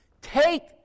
Take